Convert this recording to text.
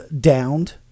downed